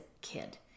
kid